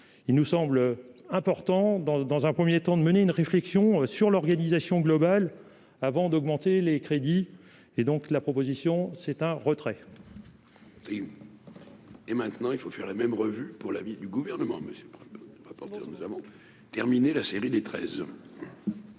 il nous semble important dans dans un 1er temps de mener une réflexion sur l'organisation globale avant d'augmenter les crédits et donc la proposition, c'est ta retraite. Et maintenant, il faut faire la même revue pour l'avis du gouvernement, mais c'est pas, c'est